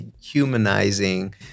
humanizing